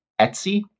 etsy